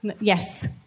Yes